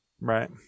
Right